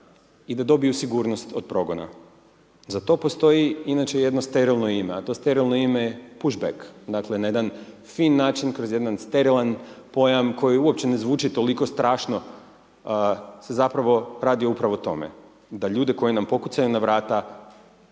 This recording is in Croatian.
i da dobiju sigurnost od progona. Za to postoji inače jedno sterilno ime, a to sterilno ime je puš beg, dakle, na jedan fin način, kroz jedan sterilan pojam koji uopće ne zvuči toliko strašno, se zapravo radi upravo o tome da ljude koji nam pokucaju na vrata,